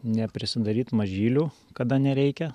neprisidaryt mažylių kada nereikia